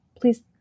please